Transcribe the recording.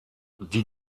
die